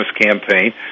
campaign